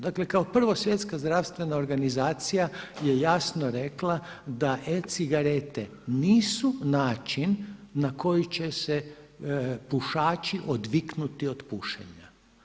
Dakle, kao prvo Svjetska zdravstvena organizacija je jasno rekla da e-cigarete nisu način na koji će se pušači odviknuti od pušenja.